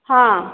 ହଁ